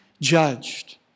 judged